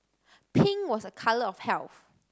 pink was a colour of health